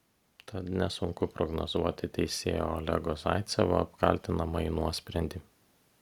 tad nesunku prognozuoti teisėjo olego zaicevo apkaltinamąjį nuosprendį